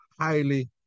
highly